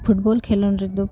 football ᱠᱷᱮᱞᱳᱰ ᱨᱮᱫᱚ